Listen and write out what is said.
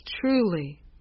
truly